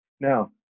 Now